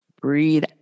Breathe